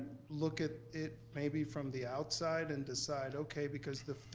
look at it maybe from the outside and decide, okay, because the,